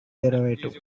derivative